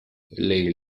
les